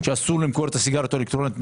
שאסור למכור את הסיגריות האלקטרוניות.